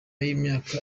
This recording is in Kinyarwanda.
y’imyaka